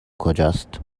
کجاست